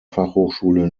fachhochschule